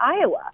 Iowa